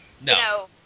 No